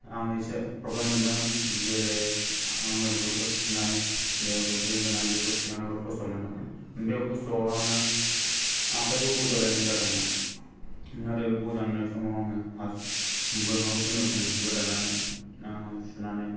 आं एसे प्रबलेम मोनदोंमोन जेरै आङो बिगुर खुनाय जेरै दै होनान बिगुर खुनायाव खस्थ' मोनदोंमोन बे खस्थ'आव आङो आखायबो बौजालायनाय जादोंमोन नाथाय बे बौजानाय समाव आङो बोरमाखौ खुनुरुखुम गोदानानै आङो सुनानै